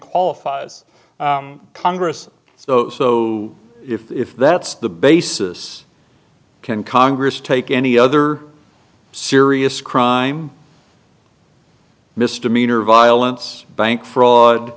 qualifies congress so so if that's the basis can congress take any other serious crime misdemeanor violence bank fraud